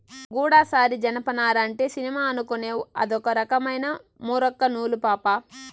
గూడసారి జనపనార అంటే సినిమా అనుకునేవ్ అదొక రకమైన మూరొక్క నూలు పాపా